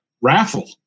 raffle